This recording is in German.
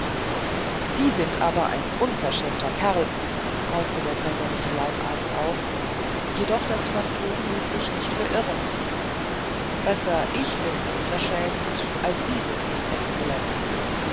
sie aber ein unverschämter kerl brauste der kaiserliche leibarzt auf jedoch das phantom ließ sich nicht beirren besser ich bin unverschämt als sie sind's exzellenz